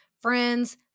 friends